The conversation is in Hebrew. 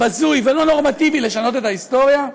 בזוי ולא נורמטיבי לשנות את ההיסטוריה?